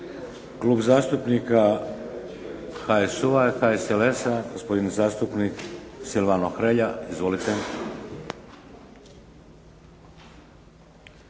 Klub zastupnika HSU-HSLS, gospodin zastupnik Silvano Hrelja. Izvolite.